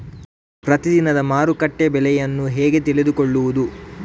ಪ್ರತಿದಿನದ ಮಾರುಕಟ್ಟೆ ಬೆಲೆಯನ್ನು ಹೇಗೆ ತಿಳಿದುಕೊಳ್ಳುವುದು?